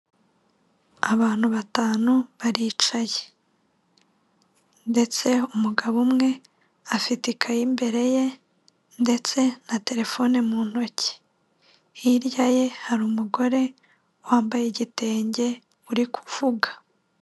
Abantu batanu baricaye. Ndetse umugabo umwe afite ikayi imbere ye, ndetse na terefone mu ntoki. Hirya ye hari umugore wambaye igitenge, uri kuvuga.